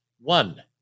One